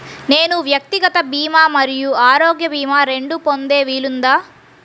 నేను వ్యక్తిగత భీమా మరియు ఆరోగ్య భీమా రెండు పొందే వీలుందా?